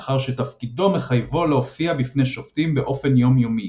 מאחר שתפקידו מחייבו להופיע בפני שופטים באופן יומיומי.